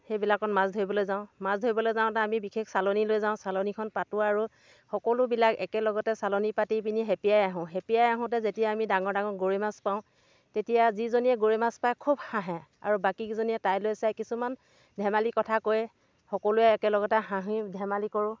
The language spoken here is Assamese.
সেইবিলাকত মাছ ধৰিবলৈ যাওঁ মাছ ধৰিবলৈ যাওঁতে আমি বিশেষ চালনী লৈ যাওঁ চালনীখন পাতোঁ আৰু সকলোবিলাক একেলগতে চালনী পাতি পিনি খেপিয়াই আহোঁ খেপিয়াই আহোঁতে যেতিয়া আমি ডাঙৰ ডাঙৰ গৰৈ মাছ পাওঁ তেতিয়া যিজনীয়ে গৰৈ মাছ পায় খুব হাঁহে আৰু বাকী কেইজনীয়ে তাইলৈ চাই কিছুমান ধেমালি কথা কয় সকলোৱে একে লগতে হাঁহি ধেমালি কৰোঁ